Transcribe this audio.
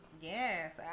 yes